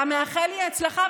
אתה מאחל לי הצלחה,